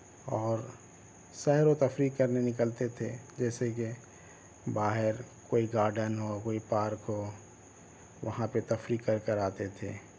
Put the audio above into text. اور سیر و تفریح کرنے نکلتے تھے جیسے کہ باہر کوٮٔی گارڈن ہو کوئی پارک ہو وہاں پہ تفریح کر کر آتے تھے